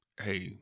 hey